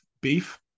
beef